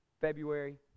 February